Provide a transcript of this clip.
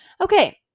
Okay